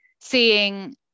seeing